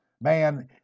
Man